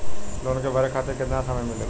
Loan के भरे खातिर कितना समय मिलेला?